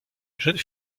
jeune